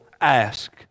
ask